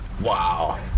Wow